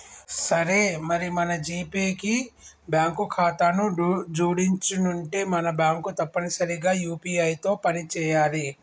సరే మరి మన జీపే కి బ్యాంకు ఖాతాను జోడించనుంటే మన బ్యాంకు తప్పనిసరిగా యూ.పీ.ఐ తో పని చేయాలి